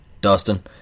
Dustin